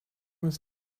was